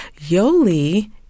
Yoli